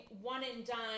one-and-done